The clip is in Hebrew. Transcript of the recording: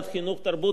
התרבות והספורט.